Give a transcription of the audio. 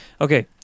Okay